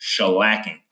shellacking